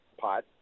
pot